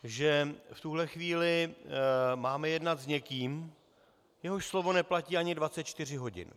Že v tuto chvíli máme jednat s někým, jehož slovo neplatí ani 24 hodin.